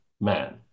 man